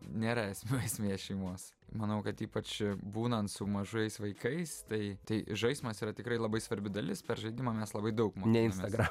nėra esmių esmė šeimos manau kad ypač būnant su mažais vaikais tai tik žaismas yra tikrai labai svarbi dalis per žaidimą mes labai daug ne instagram